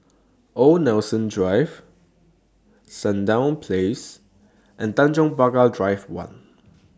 Old Nelson Drive Sandown Place and Tanjong Pagar Drive one